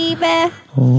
baby